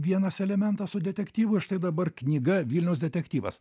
vienas elementas su detektyvu ir štai dabar knyga vilniaus detektyvas